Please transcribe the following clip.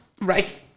right